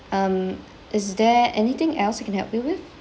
um is there anything else I can help you with